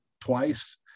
twice